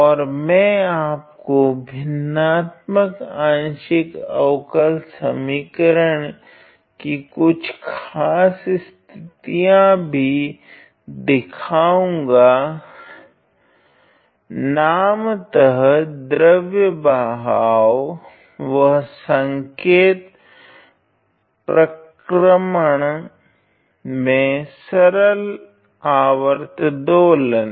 और मैं आपको भिन्नात्मक आंशिक अवकल समीकरण की कुछ ख़ास स्थितियांभी दिखाऊंगा नामतः द्रव बहाव व संकेत प्रक्रमण में सरल आवर्त दोलन